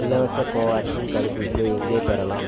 இலவச கோவேக்சின் தடுப்பூசியை எங்கே பெறலாம்